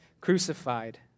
crucified